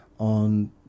on